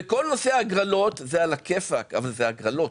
וכל נושא ההגרלות זה על הכיפאק, אבל זה הגרלות.